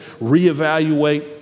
reevaluate